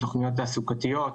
תוכניות תעסוקתיות.